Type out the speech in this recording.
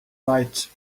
right